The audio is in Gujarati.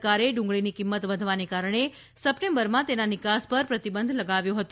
સરકારે ડુંગળીની કિંમત વધવાને કારણે સપ્ટેમ્બરમાં તેના નિકાસ પર પ્રતિબંધ લગાવ્યો હતો